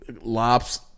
lops